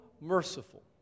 merciful